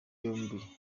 yombi